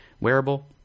wearable